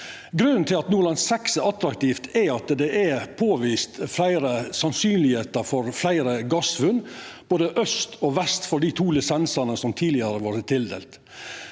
Grunnen til at Nordland VI er attraktivt, er at det er påvist sannsyn for fleire gassfunn, både aust og vest for dei to lisensane som tidlegare har vortne tildelte.